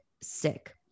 sick